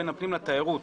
בין הפנים לתיירות.